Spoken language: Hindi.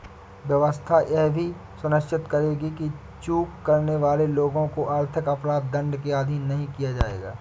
व्यवस्था यह भी सुनिश्चित करेगी कि चूक करने वाले लोगों को आर्थिक अपराध दंड के अधीन नहीं किया जाएगा